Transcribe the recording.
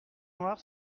noir